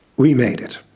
we made it.